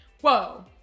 whoa